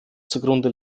zugrunde